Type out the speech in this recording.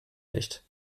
nicht